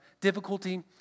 difficulty